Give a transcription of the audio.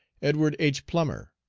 edward h. plummer,